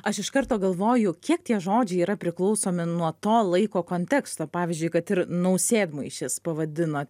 aš iš karto galvoju kiek tie žodžiai yra priklausomi nuo to laiko konteksto pavyzdžiui kad ir nausėdmaišis pavadina